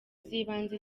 z’ibanze